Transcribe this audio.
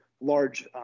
large